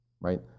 right